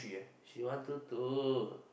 she want to two